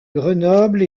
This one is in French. grenoble